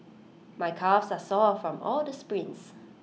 my calves are sore from all the sprints